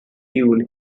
dune